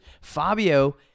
Fabio